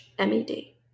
M-E-D